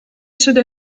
should